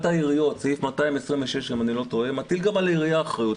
סעיף 226 לפקודת עיריות מטיל גם על העירייה אחריות.